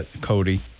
Cody